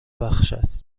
بخشید